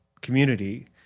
community